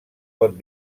pot